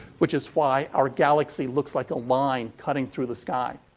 which is why our galaxy looks like a line cutting through the sky.